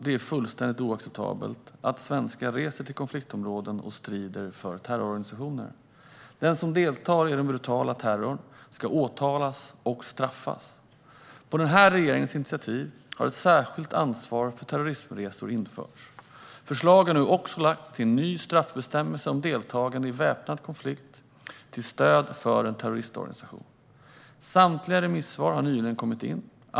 Det är fullständigt oacceptabelt att svenskar reser till konfliktområden och strider för terrororganisationer. Den som deltar i den brutala terrorn ska åtalas och straffas. På den här regeringens initiativ har ett särskilt ansvar för terrorismresor införts. Förslag har nu också lagts till en ny straffbestämmelse om deltagande i väpnad konflikt till stöd för en terroristorganisation. Samtliga remissvar har nyligen kommit in.